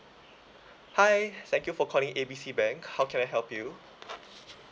hi thank you for calling A B C bank how can I help you